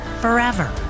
forever